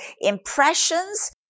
impressions